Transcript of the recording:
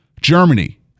Germany